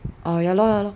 uh ya lor ya lor